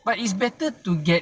but it's better to get